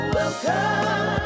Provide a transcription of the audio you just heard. Welcome